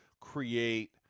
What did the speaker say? create –